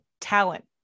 talent